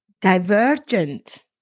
divergent